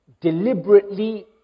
deliberately